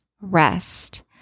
rest